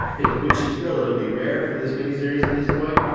which is relatively rare for this miniseries at this point,